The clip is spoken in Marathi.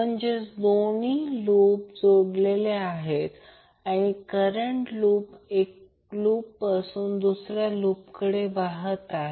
म्हणजेच दोन्ही लूप जोडलेले आहेत आणि करंट एक लूप पासून दुसऱ्या लूप कडे वाहत आहे